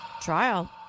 trial